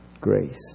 grace